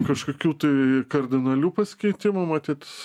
kažkokių tai kardinalių pasikeitimų matyt